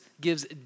gives